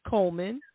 Coleman